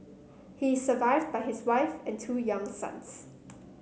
he is survived by his wife and two young sons